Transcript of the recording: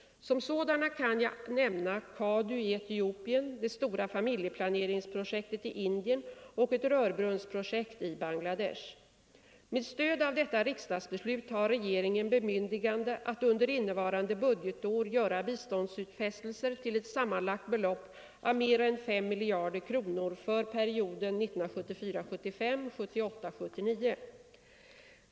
Som sådana kan jag nämna CADU i Etiopien, det stora familjeplaneringsprojektet i Indien och ett rörbrunnsprojekt i Bangladesh. Med stöd av detta riksdagsbeslut har regeringen bemyndigande att under innevarande budgetår göra biståndsutfästelser till ett sammanlagt belopp av mer än 5 miljarder kronor för perioden 1974 79.